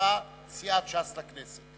שנבחרה סיעת ש"ס לכנסת.